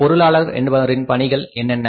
பொருளாளர் என்பவரின் பணிகள் என்னென்ன